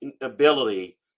ability